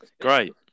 great